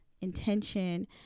intention